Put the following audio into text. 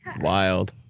Wild